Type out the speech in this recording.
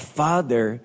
father